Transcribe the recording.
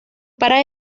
para